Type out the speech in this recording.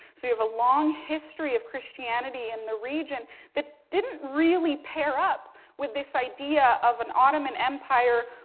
so you have a long history of christianity in the region that didn't really pair up with this idea of an ottoman empire.